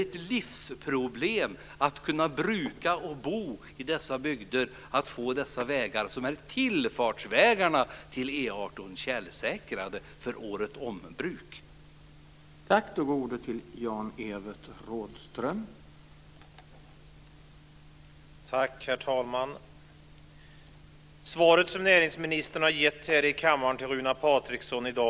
Det är livsnödvändigt för att kunna bruka och bo i dessa bygder att få dessa vägar som är tillfartsvägar till E 18 tjälsäkrade för bruk året om.